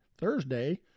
Thursday